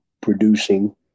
producing